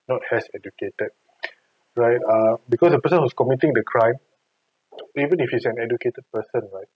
not as educated right uh because the person who was committing the crime even if he's an educated person right